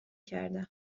کردم